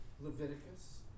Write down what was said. Leviticus